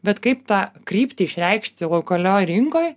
bet kaip tą kryptį išreikšti lokalioj rinkoj